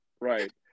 right